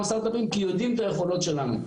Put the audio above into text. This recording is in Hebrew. סטארט-אפים כי יודעים את היכולות שלנו.